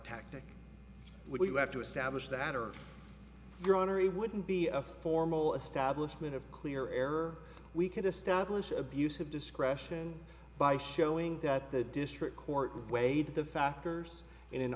tactic when you have to establish that or your honor he wouldn't be a formal establishment of clear error we can establish the abuse of discretion by showing that the district court weighed the factors in an